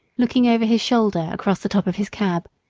looking over his shoulder across the top of his cab,